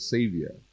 Savior